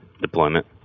deployment